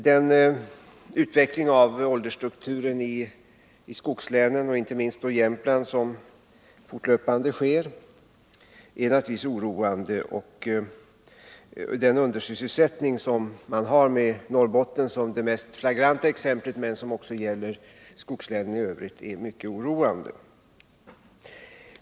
Den utveckling av åldersstrukturen i skogslänen, och inte minst då i Jämtland, som fortlöpande sker är naturligtvis oroande —i fråga om undersysselsättningen är Norrbotten det mest flagranta exemplet, men det gäller även skogslänen i övrigt.